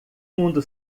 mundo